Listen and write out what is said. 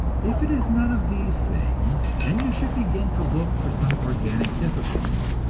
if it is none of these things, then you should begin to look for some organic difficulty,